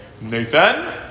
Nathan